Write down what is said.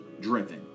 driven